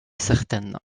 certaine